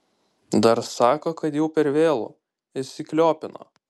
dar sako kad jau per vėlu įsikliopino